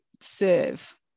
serve